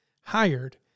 hired